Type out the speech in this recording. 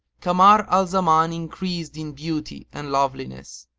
kamar al-zaman increased in beauty and loveliness,